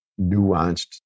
nuanced